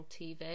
TV